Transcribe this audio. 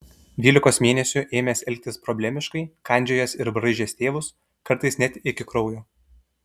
dvylikos mėnesių ėmęs elgtis problemiškai kandžiojęs ir braižęs tėvus kartais net iki kraujo